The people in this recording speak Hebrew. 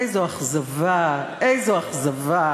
איזו אכזבה, איזו אכזבה.